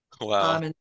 Wow